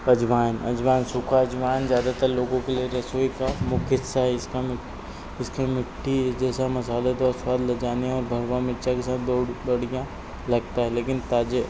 अजवाइन अजवाइन सूखा अजवाइन ज़्यादातर लोगों के लिए रसोई का मुख्य हिस्सा है इसका इसकी मिट्टी जैसा मसालेदार स्वाद लज्जाने और भरवां मिरचा के साथ दऊड़ बढ़िया लगता है लेकिन ताजे